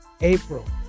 april